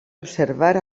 observar